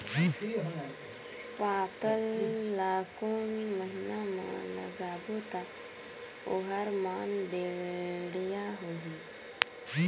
पातल ला कोन महीना मा लगाबो ता ओहार मान बेडिया होही?